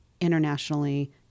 internationally